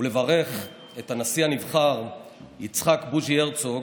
ולברך את הנשיא הנבחר יצחק בוז'י הרצוג